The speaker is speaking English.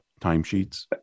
timesheets